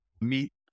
meet